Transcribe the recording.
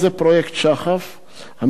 המתבצע באמצעות חברת